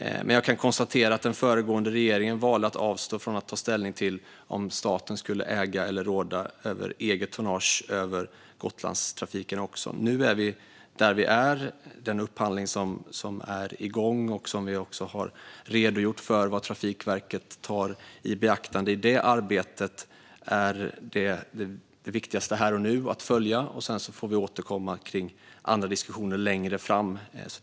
Men jag konstaterar att också den föregående regeringen avstod från att ta ställning till om staten skulle äga eller råda över eget tonnage i Gotlandstrafiken. Nu är vi där vi är. Vi har en upphandling som är igång. Vi har redogjort för vad Trafikverket tar i beaktande i sitt arbete. Det är det viktigaste att följa här och nu. Sedan får vi återkomma i andra diskussioner längre fram.